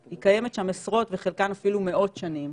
היא קיימת שם עשרות וחלקן אפילו מאות שנים,